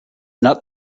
not